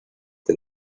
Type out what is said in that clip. del